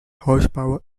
horsepower